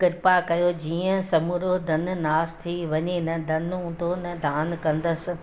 कृपा कयो जीअं समूरो धन नासु थी वञे न धन हूंदो न दानु कंदसि